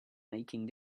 making